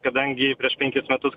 kadangi prieš penkis metus